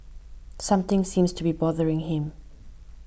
something seems to be bothering him